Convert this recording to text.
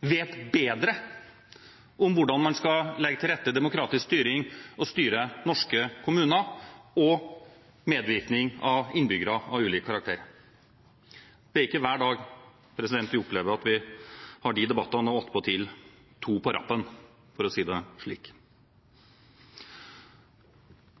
vet bedre om hvordan man skal legge til rette demokratisk styring, og styre norske kommuner og medvirkning av innbyggere av ulik karakter. Det er ikke hver dag vi opplever at vi har de debattene – og attpåtil to på rappen, for å si det slik.